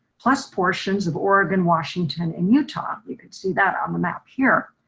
plus portions of oregon, washington and utah. you can see that on the map here.